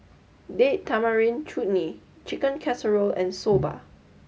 date Tamarind Chutney Chicken Casserole and Soba